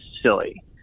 silly